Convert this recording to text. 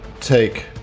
take